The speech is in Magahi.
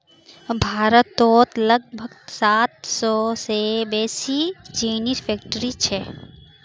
भारतत लगभग सात सौ से बेसि चीनीर फैक्ट्रि छे